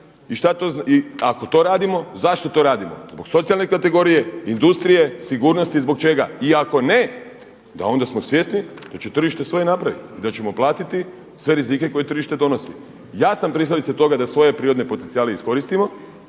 i ako to radimo zašto to radimo? Zbog socijalne kategorije? Industrije? Sigurnosti? Zbog čega? I ako ne, da onda smo svjesni da će tržište svoje napraviti i da ćemo platiti sve rizike koje tržište donosi. Ja sam pristalica toga da svoje prirodne potencijale iskoristimo,